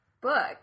book